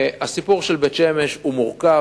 הסיפור של בית-שמש הוא מורכב,